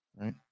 right